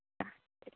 ആ ശരി